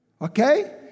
Okay